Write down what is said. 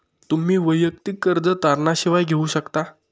तुम्ही वैयक्तिक कर्ज तारणा शिवाय घेऊ शकता